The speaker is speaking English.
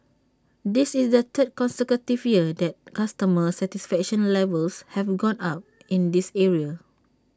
this is the third consecutive year that customer satisfaction levels have gone up in this area